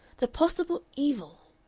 the possible evil!